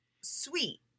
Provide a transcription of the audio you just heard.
sweet